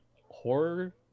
horror